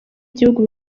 igihugu